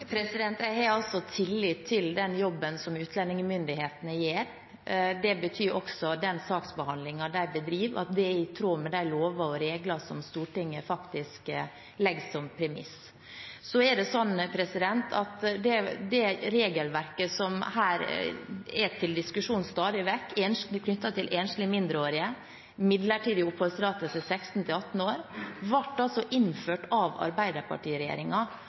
Jeg har tillit til den jobben som utlendingsmyndighetene gjør. Det betyr også den saksbehandlingen de bedriver, at den er i tråd med de lover og regler som Stortinget faktisk legger som premiss. Så er det sånn at det regelverket som her er til diskusjon stadig vekk, knyttet til enslige mindreårige med midlertidig oppholdstillatelse, 16–18 år, ble innført av